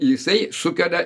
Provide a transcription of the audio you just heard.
jisai sukelia